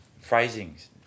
Phrasings